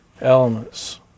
elements